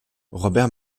robert